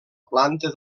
planta